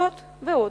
זאת ועוד,